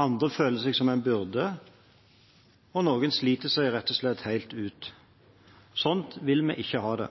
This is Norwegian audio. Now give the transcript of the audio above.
Andre føler seg som en byrde. Noen sliter seg rett og slett helt ut. Slik vil vi ikke ha det!